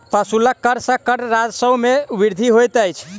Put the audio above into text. प्रशुल्क कर सॅ कर राजस्व मे वृद्धि होइत अछि